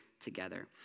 together